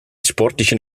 sportlichen